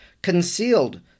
concealed